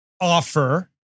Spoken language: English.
offer